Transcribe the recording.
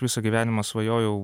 visą gyvenimą svajojau